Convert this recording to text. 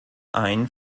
ein